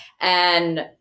And-